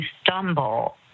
stumble